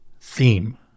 theme